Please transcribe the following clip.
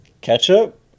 ketchup